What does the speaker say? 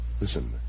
Listen